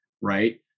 right